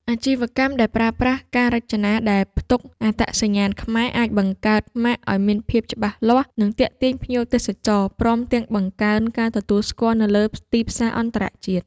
អាជីវកម្មដែលប្រើប្រាស់ការរចនាដែលផ្ទុកអត្តសញ្ញាណខ្មែរអាចបង្កើតម៉ាកឲ្យមានភាពច្បាស់លាស់ និងទាក់ទាញភ្ញៀវទេសចរ ព្រមទាំងបង្កើនការទទួលស្គាល់នៅលើទីផ្សារអន្តរជាតិ។